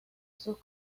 sus